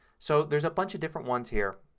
so there's a bunch of different ones here.